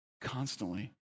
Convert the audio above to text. constantly